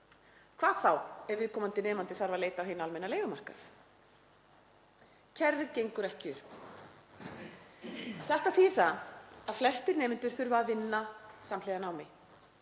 Hvað þá ef viðkomandi nemandi þarf að leita á hinn almenna leigumarkað. Kerfið gengur ekki upp Þetta þýðir það að flestir nemendur þurfa að vinna með námi.